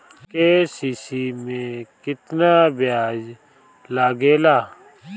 KCC में केतना ब्याज लगेला?